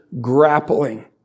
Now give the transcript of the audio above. grappling